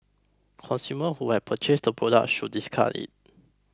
consumers who have purchased the product should discard it